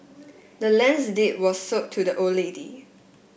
the land's deed was sold to the old lady